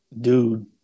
dude